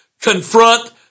confront